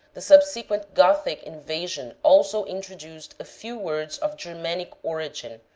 the sub sequent gothic invasion also introduced a few words of germanic origin,